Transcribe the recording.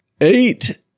Eight